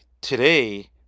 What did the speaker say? Today